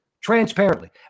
transparently